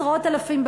עשרות אלפים,